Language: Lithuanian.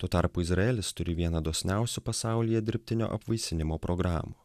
tuo tarpu izraelis turi vieną dosniausių pasaulyje dirbtinio apvaisinimo programų